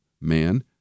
man